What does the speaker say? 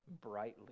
brightly